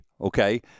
okay